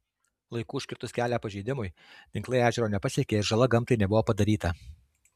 laiku užkirtus kelią pažeidimui tinklai ežero nepasiekė ir žala gamtai nebuvo padaryta